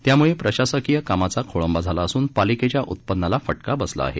त्याम्ळे प्रशासकीय कामाचा खोळंबा झाला असून पालिकेच्या उत्पन्नाला फटका बसला आहे